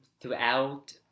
throughout